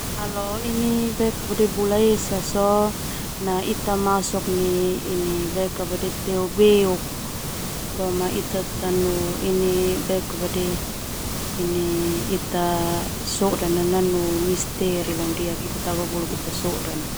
Kalo bula esa sona ita masok nai teu beuk ita soda na nanu misteri ita tababuluk ita soda na.